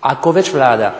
Ako već Vlada